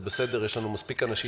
זה בסדר, יש לנו מספיק אנשים